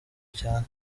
cyane